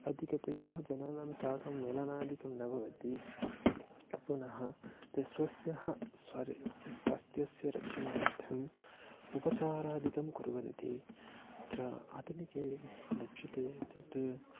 अधिकतया जनानां साकं मेलनादिकं न भवति पुनः ते स्वस्य स्वारि स्वास्थ्यस्य रक्षणार्थम् उपचारादिकं कुर्वन्ति तत्र आधुनिके लक्षिते तत्